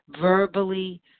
verbally